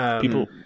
people